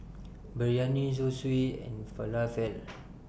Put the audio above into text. Biryani Zosui and Falafel